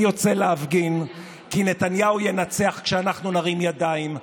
אני יוצא להפגין כי נתניהו ינצח כשאנחנו נרים ידיים,